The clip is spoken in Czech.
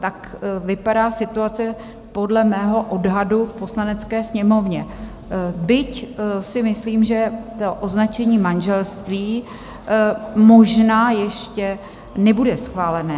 Tak vypadá situace podle mého odhadu v Poslanecké sněmovně, byť si myslím, že to označení manželství možná ještě nebude schválené.